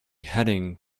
heading